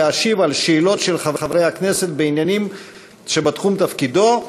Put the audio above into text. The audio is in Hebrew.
להשיב על שאלות של חברי הכנסת בעניינים שבתחום תפקידו,